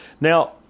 Now